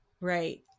Right